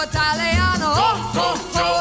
Italiano